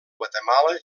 guatemala